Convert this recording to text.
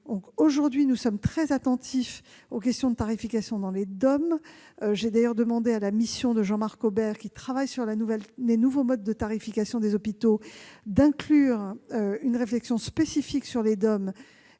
Aujourd'hui, nous sommes très attentifs aux questions de tarification dans les DOM. J'ai d'ailleurs demandé à la mission de Jean-Marc Aubert, qui travaille sur les nouveaux modes de tarification des hôpitaux, d'inclure une réflexion spécifique sur les DOM